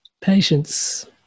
Patience